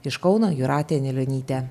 iš kauno jūratė anilionytė